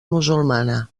musulmana